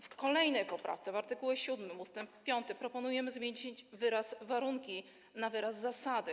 W kolejnej poprawce w art. 7 ust. 5 proponujemy zmienić wyraz „warunki” na wyraz „zasady”